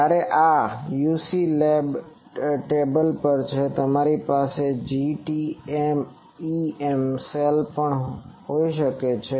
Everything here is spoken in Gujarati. જ્યારે કે આ યુસી લેબ ટેબલ પર છે તમારી પાસે જીટીઇએમ સેલ પણ હોઈ શકે છે